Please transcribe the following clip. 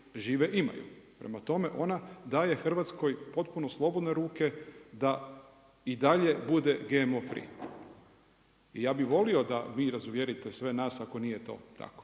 žive imaju. Prema tome, ona daje Hrvatskoj potpuno slobodne ruke da i dalje bude GMO free. I ja bih volio da vi razuvjerite sve nas ako nije to tako,